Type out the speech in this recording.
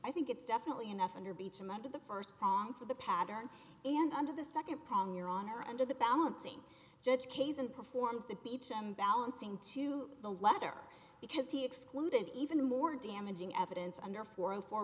i think it's definitely enough under beecham under the first prong for the pattern and under the second prong your honor under the balancing judge kaizen performs the beecham balancing to the letter because he excluded even more damaging evidence under four o four